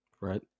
Right